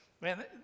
man